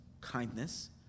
kindness